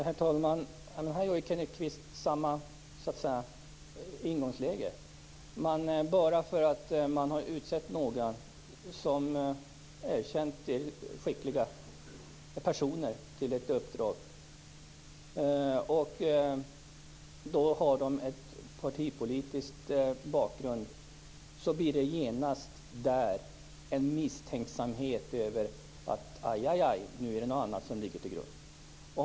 Herr talman! Nu har Kenneth Kvist så att säga samma ingångsläge. Bara för att man har utsett några som är erkänt skickliga personer med partipolitisk bakgrund till olika uppdrag uppstår det genast en misstänksamhet om att det är någonting annat som ligger till grund.